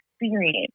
experience